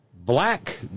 black